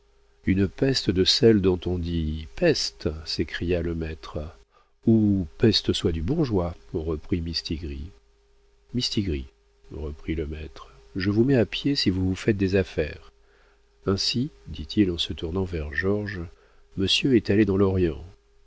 une peste de celles dont on dit peste s'écria le maître ou peste soit du bourgeois reprit mistigris mistigris reprit le maître je vous mets à pied si vous vous faites des affaires ainsi dit-il en se tournant vers georges monsieur est allé dans l'orient